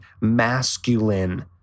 masculine